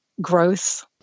growth